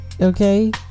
okay